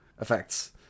effects